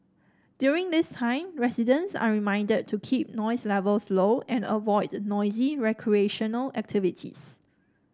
during this time residents are reminded to keep noise levels low and avoid noisy recreational activities